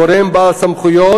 גורם בעל סמכויות,